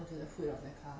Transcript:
on the hood of the car